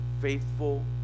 faithful